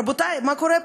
רבותי, מה קורה פה?